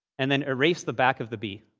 and then erase the back of the b.